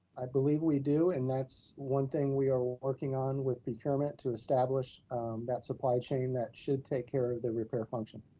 i believe we do and that's one thing we are working on with procurement to establish that supply chain that should take care of the repair function.